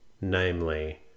namely